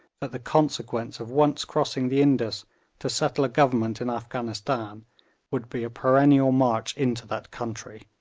that the consequence of once crossing the indus to settle a government in afghanistan would be a perennial march into that country.